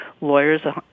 lawyers